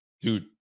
Dude